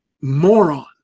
moron